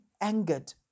angered